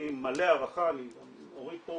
אני מלא הערכה,